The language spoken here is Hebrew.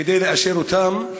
כדי לאשר אותן.